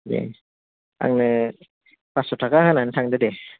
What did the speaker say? दे आंनो फास्स' थाखा होनानै थांदो दे